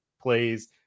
plays